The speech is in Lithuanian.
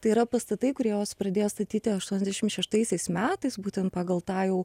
tai yra pastatai kuriuos pradėjo statyti aštuoniasdešim šeštaisiais metais būtent pagal tą jau